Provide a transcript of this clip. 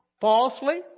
falsely